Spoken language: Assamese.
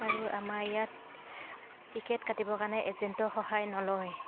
আৰু আমাৰ ইয়াত টিকেট কাটিবৰ কাৰণে এজেণ্টৰ সহায় নলয়